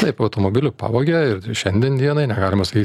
taip automobilį pavogia ir šiandien dienai negalima sakyt